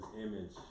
Image